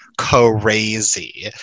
crazy